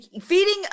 feeding